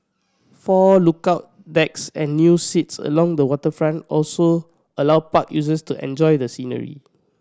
four lookout decks and new seats along the waterfront also allow park users to enjoy the scenery